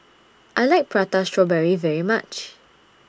I like Prata Strawberry very much